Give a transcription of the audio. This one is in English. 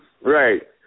Right